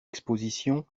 exposition